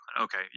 Okay